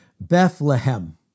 Bethlehem